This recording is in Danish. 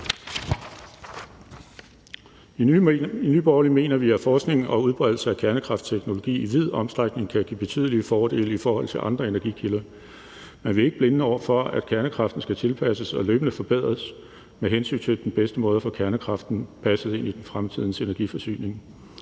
I Nye Borgerlige mener vi, at forskning i og udbredelse af kernekraftteknologi i vid udstrækning kan give betydelige fordele i forhold til andre energikilder, men vi er ikke blinde over for, at kernekraften skal tilpasses og løbende forbedres med hensyn til den bedste måde at få kernekraften passet ind i fremtidens energiforsyning.